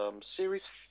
Series